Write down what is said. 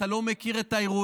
אתה לא מכיר את האירועים.